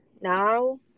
now